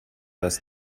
das